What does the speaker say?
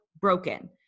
broken